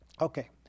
Okay